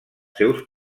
seus